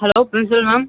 hello principal ma'am